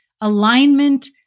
Alignment